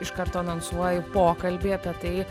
iš karto anonsuoju pokalbį apie tai